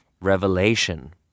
revelation